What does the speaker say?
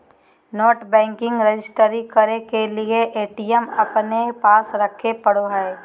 net banking register करे के लिए ए.टी.एम अपने पास रखे पड़ो हइ